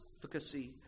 efficacy